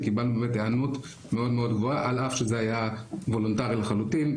וקיבלנו באמת היענות מאוד מאוד גבוהה על אף שזה היה וולונטרי לחלוטין,